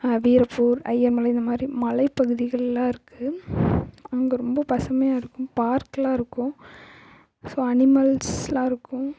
வீரப்பூர் ஐயமலை இந்தமாதிரி மலைப்பகுதிகள்லாம் இருக்குது அங்கே ரொம்ப பசுமையாக இருக்கும் பார்க்லாம் இருக்கும் ஸோ அனிமல்ஸ்லாம் இருக்கும்